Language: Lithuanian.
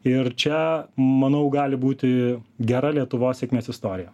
ir čia manau gali būti gera lietuvos sėkmės istorija